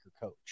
coach